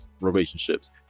relationships